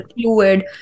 fluid